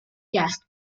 gas